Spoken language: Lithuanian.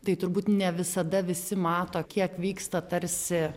tai turbūt ne visada visi mato kiek vyksta tarsi